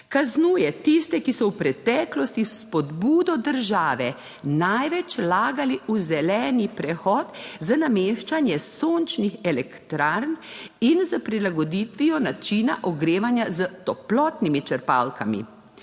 Kaznuje tiste, ki so v preteklosti s spodbudo države največ vlagali v zeleni prehod za nameščanje sončnih elektrarn in s prilagoditvijo načina ogrevanja s toplotnimi črpalkami.